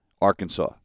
Arkansas